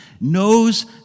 knows